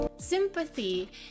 sympathy